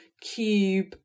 cube